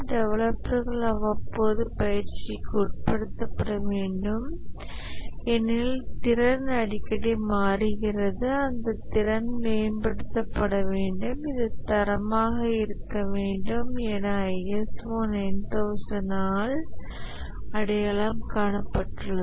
டெவலப்பர்கள் அவ்வப்போது பயிற்சிக்கு உட்படுத்தப்பட வேண்டும் ஏனெனில் திறன் அடிக்கடி மாறுகிறது அந்தத் திறன் மேம்படுத்தப்பட வேண்டும் இது தரமாக இருக்க வேண்டும் என ஐஎஸ்ஓ 9001 ஆல் அடையாளம் காணப்பட்டுள்ளது